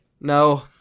No